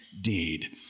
deed